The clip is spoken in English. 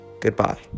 goodbye